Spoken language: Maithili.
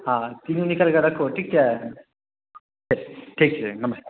हँ तीनू निकालि कऽ रखू ठीक छै ठीक छै नमस्कार